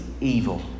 evil